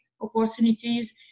opportunities